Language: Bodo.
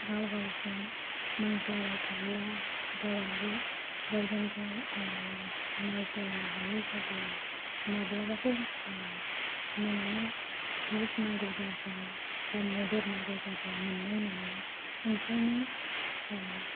गाव गावजों नांज्लायबाय थाब्ला गावारि गावजोंगाव नाज्लायनो हायै जाब्ला माब्लाबाफोर नोंनो हेल्प नांगौ जाब्ला बा मदद नांगौ जाब्ला मोननाय नङा ओंखायनो